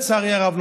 לצערי הרב,